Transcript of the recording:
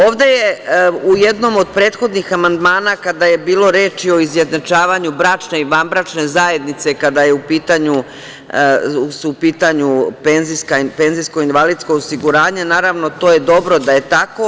Ovde je u jednom od prethodnih amandmana, kada je bilo reči o izjednačavanju bračne i vanbračne zajednice kada su u pitanju penzijsko-invalidsko osiguranje i naravno, to je dobro da je tako.